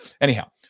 anyhow